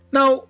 Now